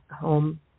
home